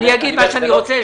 אני אגיד מה שאני רוצה.